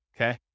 okay